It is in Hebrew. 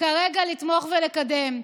כרגע לתמוך בו ולקדם.